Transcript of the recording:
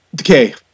okay